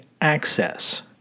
access